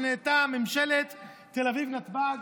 שנהייתה ממשלת תל אביב-נתב"ג,